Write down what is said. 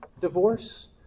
divorce